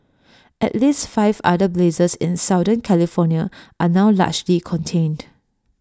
at least five other blazes in southern California are now largely contained